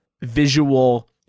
visual